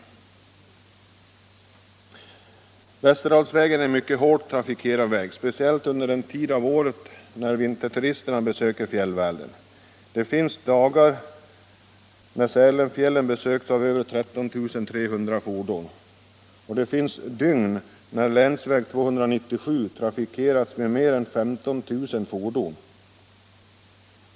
Västerdalsvägen är en mycket hårt trafikerad väg, speciellt under den tid av året när vinterturisterna besöker fjällvärlden. Det finns dagar när Sälenfjällen besökts av över 13 300 fordon. Det finns dygn när länsväg 297 trafikeras med mer än 15 000 fordon.